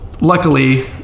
luckily